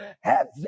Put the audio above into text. heavy